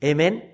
Amen